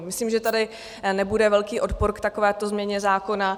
Myslím, že tady nebude velký odpor k takovéto změně zákona.